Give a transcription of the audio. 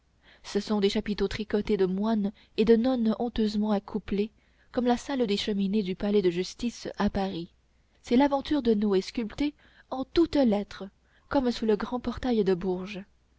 ce sont des chapiteaux tricotés de moines et de nonnes honteusement accouplés comme à la salle des cheminées du palais de justice à paris c'est l'aventure de noé sculptée en toutes lettres comme sous le grand portail de bourges